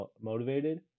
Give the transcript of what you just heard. motivated